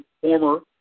former